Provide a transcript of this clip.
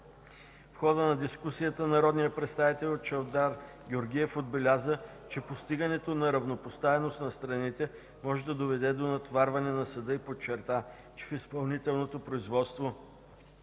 В хода на дискусията народният представител Чавдар Георгиев отбеляза, че постигането на равнопоставеност на страните може да доведе до натоварване на съда и подчерта, че в изпълнителното производство